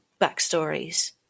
backstories